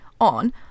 on